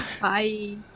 Bye